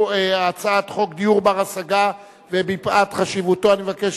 חוק ומשפט נתקבלה.